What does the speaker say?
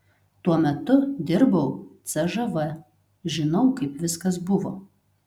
tuo metu dirbau cžv žinau kaip viskas buvo